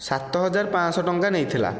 ସାତ ହଜାର ପାଞ୍ଚଶହ ଟଙ୍କା ନେଇଥିଲା